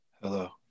Hello